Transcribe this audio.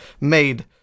made